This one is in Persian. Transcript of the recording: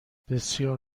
بسیار